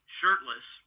shirtless